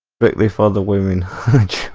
degree for the women